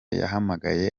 yahamagaye